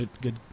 Good